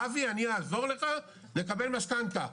אבי אני אעזור לך לקבל משכנתא,